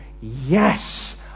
yes